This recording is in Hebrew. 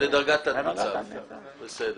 דרגת תת ניצב, כדי